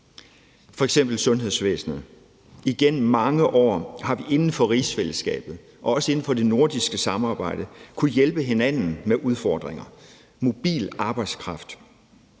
f.eks. sundhedsvæsenet. Igennem mange år har vi inden for rigsfællesskabet, også inden for det nordiske samarbejde, kunnet hjælpe hinanden med udfordringer, mobil arbejdskraft.